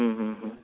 હમ્મ હમ્મ હમ્